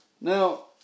Now